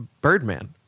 Birdman